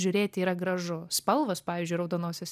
žiūrėti yra gražu spalvos pavyzdžiui raudonosios